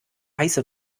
heiße